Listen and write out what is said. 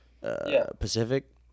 Pacific